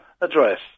address